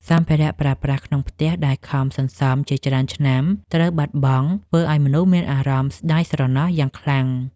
សម្ភារៈប្រើប្រាស់ក្នុងផ្ទះដែលខំសន្សំជាច្រើនឆ្នាំត្រូវបាត់បង់ ធ្វើឱ្យមនុស្សមានអារម្មណ៍ស្តាយស្រណោះយ៉ាងខ្លាំង។